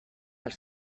els